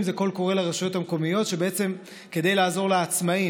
זה קול קורא לרשויות המקומיות כדי לעזור לעצמאים.